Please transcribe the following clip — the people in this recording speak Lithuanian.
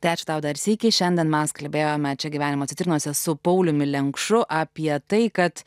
tai ačiū tau dar sykį šiandien mes kalbėjome čia gyvenimo citrinose su pauliumi lenkšu apie tai kad